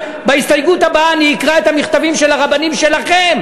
בהסתייגות הבאה אני אקרא את המכתבים של הרבנים שלכם,